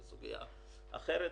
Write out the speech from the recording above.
זו סוגיה אחרת,